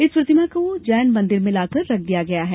इस प्रतिमा का जैन मंदिर में लाकर रखा गया है